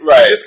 Right